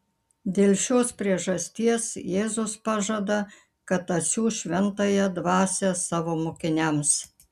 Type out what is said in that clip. dėl šios priežasties jėzus pažada kad atsiųs šventąją dvasią savo mokiniams